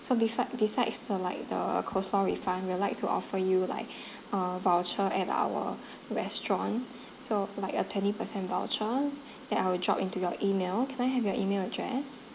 so besi~ besides the like the coleslaw refund we'd like to offer you like a voucher at our restaurant so like a twenty percent voucher that I'll drop into your email can I have your email address